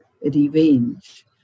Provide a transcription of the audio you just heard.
Revenge